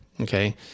Okay